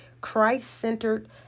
Christ-centered